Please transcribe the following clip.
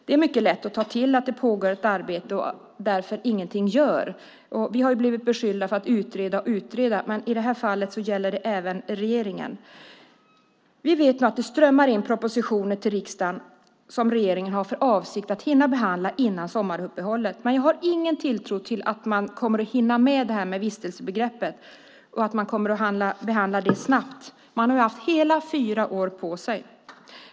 Det är mycket lätt att ta till talet om att ett arbete pågår och att man därför inte gör någonting. Vi har blivit beskyllda för att utreda och utreda, men i det här fallet gäller det även regeringen. Vi vet att propositioner strömmar in till riksdagen - propositioner som regeringen har för avsikt att hinna behandla före sommaruppehållet. Men jag har ingen tilltro till att man hinner med frågan om vistelsebegreppet och till att den frågan behandlas snabbt. Man har ju haft hela fyra år på sig.